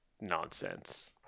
nonsense